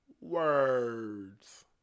words